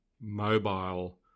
mobile